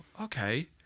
okay